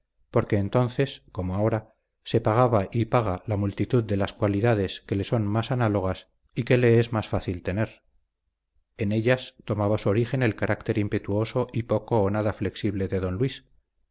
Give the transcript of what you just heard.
porque entonces como ahora se pagaba y paga la multitud de las cualidades que le son más análogas y que le es más fácil tener en ellas tomaba su origen el carácter impetuoso y poco o nada flexible de don luis